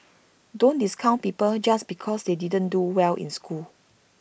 don't discount people just because they didn't do well in school